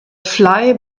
fly